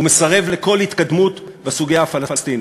הוא מסרב לכל התקדמות בסוגיה הפלסטינית.